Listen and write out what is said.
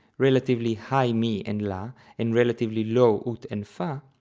relatively high mi and la and relatively low ut and fa,